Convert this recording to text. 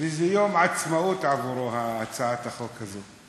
וזה יום עצמאות עבורו, הצעת החוק הזאת.